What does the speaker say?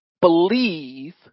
believe